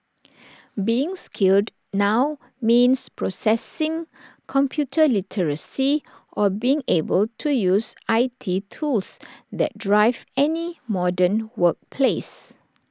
being skilled now means possessing computer literacy or being able to use I T tools that drive any modern workplace